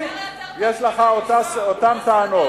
הכבוד, לא, אתה עם אותו CD, יש לך אותן טענות.